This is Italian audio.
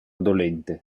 dolente